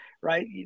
right